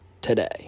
today